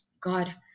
God